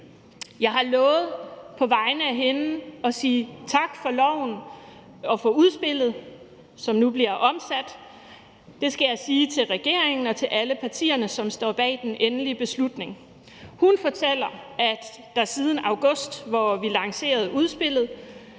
Jeg har lovet på hendes vegne at sige tak for loven og for udspillet, som nu bliver omsat. Det skal jeg sige til regeringen og til alle partierne, som står bag den endelige beslutning. Hun fortæller, at siden august, hvor vi lancerede udspillet,